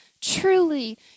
Truly